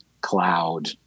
cloud